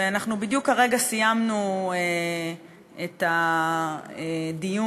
ואנחנו בדיוק כרגע סיימנו את הדיון